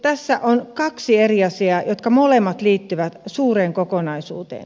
tässä on kaksi eri asiaa jotka molemmat liittyvät suureen kokonaisuuteen